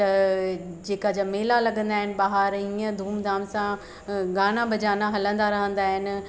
त जेका ज मेला लगंदा आहिनि बाहिरि हीअं धूमधाम सां गाना बजाना हलंदा रहंदा आहिनि